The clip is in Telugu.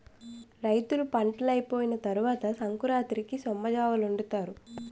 రైతులు పంటలైపోయిన తరవాత సంకురాతిరికి సొమ్మలజావొండుతారు